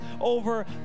over